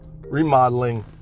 remodeling